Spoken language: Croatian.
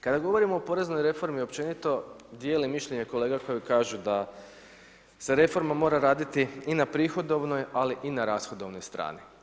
Kada govorimo o poreznoj reformi općenito, dijelim mišljenja kolega koji kažu da se reforma mora raditi i na prihodovnoj ali i na rashodovnoj strani.